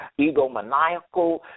egomaniacal